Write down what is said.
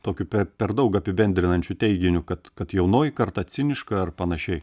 tokiu per daug apibendrinančiu teiginiu kad kad jaunoji karta ciniška ar panašiai